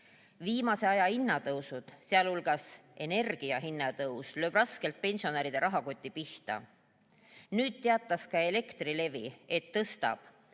Viimase aja hinnatõusud, s.h energia hinnatõus, lööb raskelt pensionäride rahakoti pihta. Nüüd teatas ka Elektrilevi, et tõstab